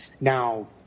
Now